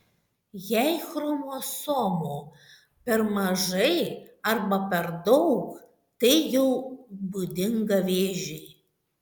jei chromosomų per mažai arba per daug tai jau būdinga vėžiui